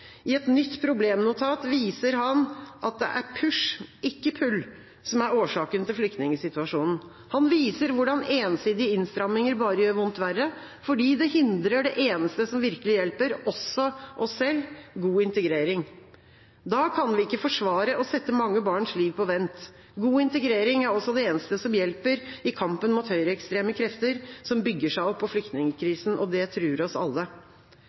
I et nytt problemnotat viser han at det er «push», ikke «pull», som er årsaken til flyktningsituasjonen. Han viser hvordan ensidige innstramminger bare gjør vondt verre, fordi det hindrer det eneste som virkelig hjelper, også oss selv – det er god integrering. Da kan vi ikke forsvare å sette mange barns liv på vent. God integrering er også det eneste som hjelper i kampen mot høyreekstreme krefter, som bygger seg opp på flyktningkrisen. Det truer oss alle.